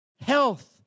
health